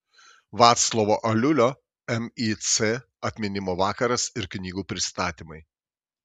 vaclovo aliulio mic atminimo vakaras ir knygų pristatymai